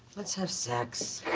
let's have sex.